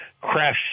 crash